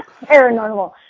paranormal